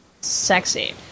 Sexy